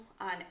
on